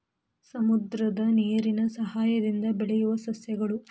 ಸಮುದ್ರದ ನೇರಿನ ಸಯಹಾಯದಿಂದ ಬೆಳಿಯುವ ಸಸ್ಯಗಳು